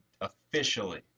officially